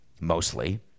mostly